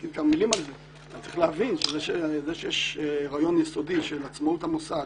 צריך להבין שזה שיש רעיון יסודי של עצמאות המוסד,